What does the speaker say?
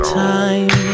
time